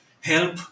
help